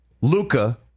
Luca